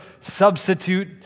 substitute